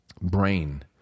brain